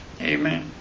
Amen